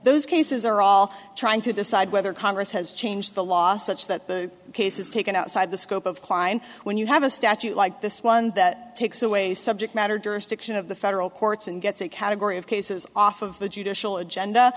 those cases are all trying to decide whether congress has changed the law such that the case is taken outside the scope of kline when you have a statute like this one that takes away subject matter jurisdiction of the federal courts and gets a category of cases off of the judicial agenda